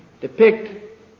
depict